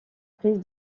prise